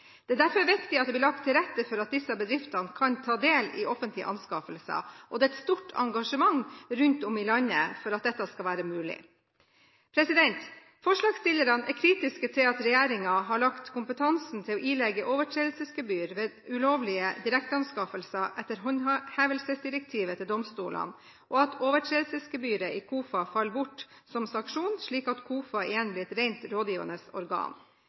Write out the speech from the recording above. Det er derfor viktig at det blir lagt til rette for at disse bedriftene kan ta del i offentlige anskaffelser. Det er et stort engasjement rundt om i landet for at dette skal være mulig. Forslagsstillerne er kritiske til at regjeringen har lagt kompetansen til å ilegge overtredelsesgebyr ved ulovlige direkteanskaffelser etter håndhevelsesdirektivet til domstolene, og at overtredelsesgebyret i KOFA faller bort som sanksjon, slik at KOFA igjen blir et rent rådgivende organ.